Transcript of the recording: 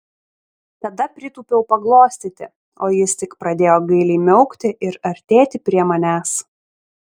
tada pritūpiau paglostyti o jis tik pradėjo gailiai miaukti ir artėti prie manęs